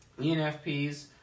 ENFPs